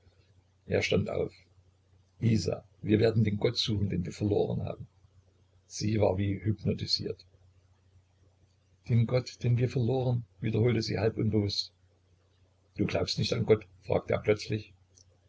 er stand auf isa wir werden den gott suchen den wir verloren haben sie war wie hypnotisiert den gott den wir verloren wiederholte sie halb unbewußt du glaubst nicht an gott fragte er plötzlich